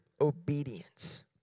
obedience